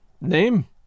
Name